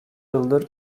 yıldır